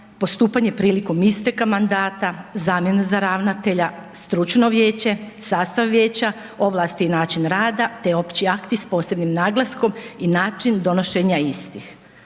postupanje prilikom isteka mandata, zamjena za ravnatelja, stručno vijeće, sastav vijeća, ovlasti i način rada te opći akti s posebnim naglaskom i način donošenja istih.